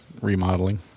remodeling